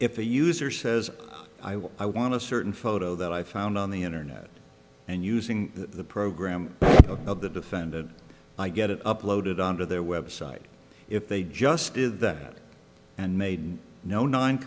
if the user says i want i want to certain photo that i found on the internet and using the program of the defendant i get it uploaded onto their website if they just did that and made no nine